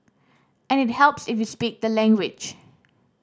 and it helps if you speak the language